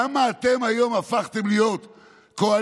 למה אתם היום הפכתם להיות קואליציה